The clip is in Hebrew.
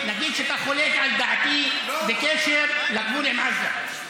נגיד שאתה חולק על דעתי בקשר לגבול עם עזה,